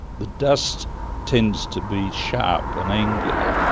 the dust tends to be sharp and angular,